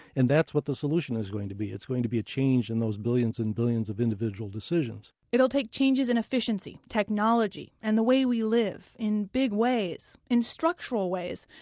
and that's what the solution is going to be, it's going to be a change in those billions and billions of individual decisions it'll take changes in efficiency, technology and the way we live in big ways in structural ways,